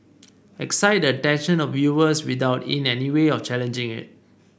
excite the attention of viewers without in any way of challenging it